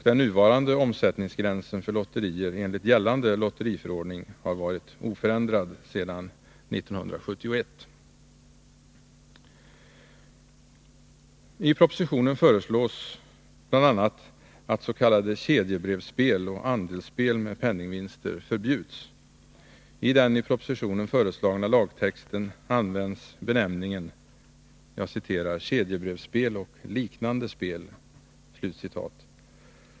Den nuvarande omsättningsgränsen för lotterier enligt gällande lotteriförordning har varit oförändrad sedan 1971. I propositionen föreslås bl.a. att s.k. kedjebrevsspel och andelsspel med penningvinster förbjuds. I den i propositionen föreslagna lagtexten används benämningen ”kedjebrevsspel och liknande spel”.